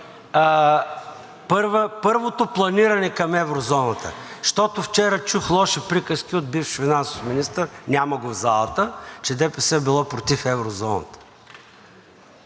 първото планиране към еврозоната? Защото вчера чух лоши приказки от бивш финансов министър, няма го в залата, че ДПС било против еврозоната.